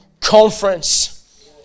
conference